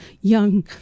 young